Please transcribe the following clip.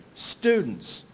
students,